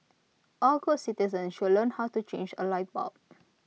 all good citizens should learn how to change A light bulb